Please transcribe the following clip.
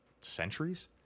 centuries